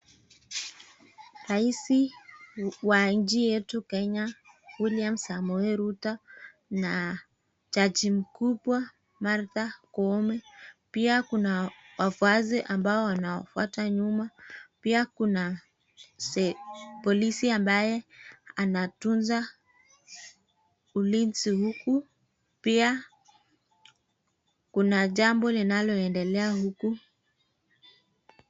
Raisi wa nchi yetu Kenya William Samoei Ruto na jaji mkubwa, Martha Koome, pia kuna wafuasi ambao wanawafuata nyuma. Pia kuna polisi ambaye anatunza ulinzi huku, pia kuna jambo linaloendelea huku.